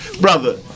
Brother